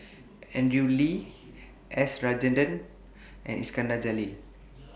Andrew Lee S Rajendran and Iskandar Jalil